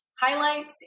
highlights